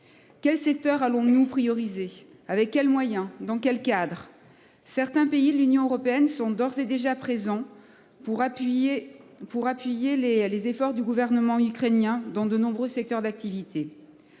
Quel secteur allons-nous prioriser avec quels moyens dans quel cadre. Certains pays de l'Union européenne sont d'ores et déjà présents pour appuyer pour appuyer les les efforts du gouvernement ukrainien dans de nombreux secteurs d'activité.